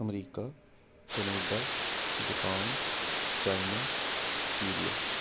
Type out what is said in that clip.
America Canada Japan China Syria